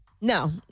No